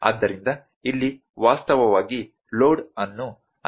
ಆದ್ದರಿಂದ ಇಲ್ಲಿ ವಾಸ್ತವವಾಗಿ ಲೋಡ್ ಅನ್ನು ಅನ್ವಯಿಸಲಾಗುತ್ತದೆ